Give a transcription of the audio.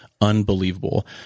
unbelievable